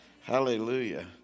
hallelujah